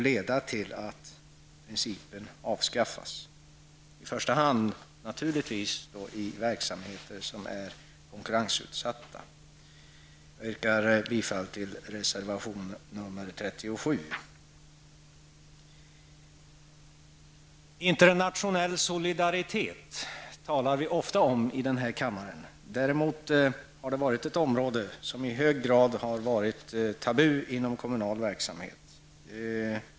Den principen bör avskaffas, i första hand naturligtvis i verksamheter som är konkurrensutsatta. Jag yrkar bifall till reservation nr 37. Internationell solidaritet talar vi ofta om i den här kammaren. Däremot har detta område i hög grad varit tabu inom kommunal verksamhet.